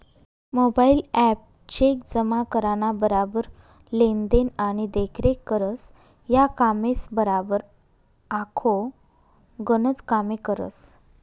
mobile app cheque जमा कराना बराबर लेन देन आणि देखरेख करस, या कामेसबराबर आखो गनच कामे करस